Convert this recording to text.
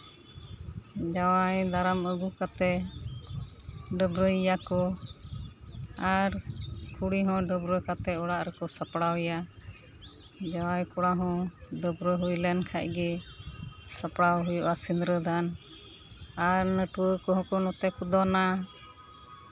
ᱡᱟᱶᱟᱭ ᱫᱟᱨᱟᱢ ᱟᱹᱜᱩ ᱠᱟᱛᱮ ᱰᱟᱹᱵᱽᱨᱟᱹᱭᱮᱭᱟ ᱠᱚ ᱟᱨ ᱠᱩᱲᱤ ᱦᱚᱸ ᱰᱟᱹᱵᱽᱨᱟᱹ ᱠᱟᱛᱮ ᱚᱲᱟᱜ ᱨᱮᱠᱚ ᱥᱟᱯᱲᱟᱣ ᱮᱭᱟ ᱡᱟᱶᱟᱭ ᱠᱚᱲᱟ ᱦᱚᱸ ᱰᱟᱹᱵᱽᱨᱟᱹ ᱦᱩᱭ ᱞᱮᱱᱠᱷᱟᱡ ᱜᱮ ᱥᱟᱯᱲᱟᱣ ᱮ ᱦᱩᱭᱩᱜᱼᱟ ᱥᱤᱫᱨᱟᱹᱫᱟᱱ ᱟᱨ ᱱᱟᱹᱴᱩᱣᱟᱹ ᱠᱚᱦᱚᱸ ᱠᱚ ᱱᱚᱛᱮ ᱠᱚ ᱫᱚᱱᱟ